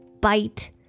bite